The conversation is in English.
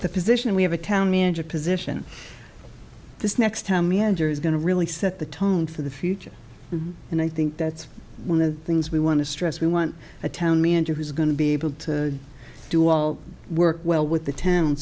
the position we have a town manager position this next time manager is going to really set the tone for the future and i think that's one of the things we want to stress we want a town manager who's going to be able to do all work well with the town